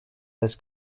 this